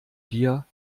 dir